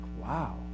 wow